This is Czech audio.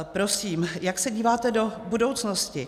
Prosím, jak se díváte do budoucnosti?